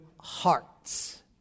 hearts